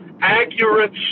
accurate